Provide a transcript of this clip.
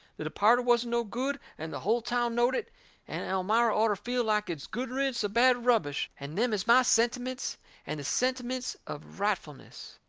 the departed wasn't no good, and the hull town knowed it and elmira orter feel like it's good riddance of bad rubbish and them is my sentiments and the sentiments of rightfulness.